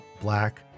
black